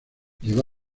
llegó